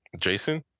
Jason